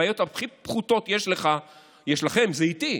הבעיות הכי פחותות שיש לכם זה איתי,